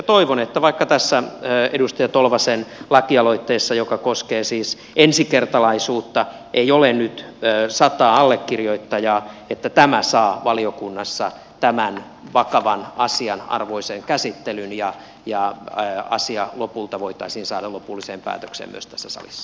toivon että vaikka tässä edustaja tolvasen lakialoitteessa joka koskee siis ensikertalaisuutta ei ole nyt sataa allekirjoittajaa niin tämä saa valiokunnassa tämän vakavan asian arvoisen käsittelyn ja asia lopulta voitaisiin saada lopulliseen päätökseen myös tässä salissa